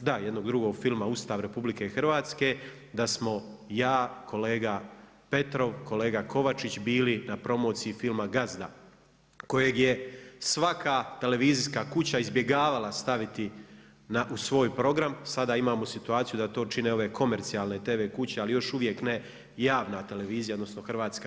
da jednog drugog filma „Ustav RH“, da samo ja, kolega Petrov, kolega Kovačić bili na promociji filma „Gazda“ kojeg je svaka televizijska kuća izbjegavala staviti u svoj program, sada imao situaciju da to čine ove komercijalne tv kuće, ali još uvijek ne javna televizija, odnosno HRT.